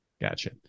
Gotcha